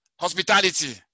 hospitality